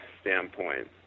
standpoint